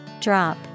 Drop